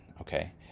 okay